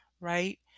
right